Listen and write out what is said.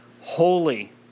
holy